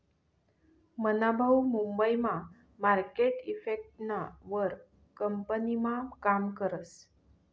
मना भाऊ मुंबई मा मार्केट इफेक्टना वर कंपनीमा काम करस